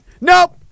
Nope